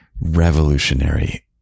revolutionary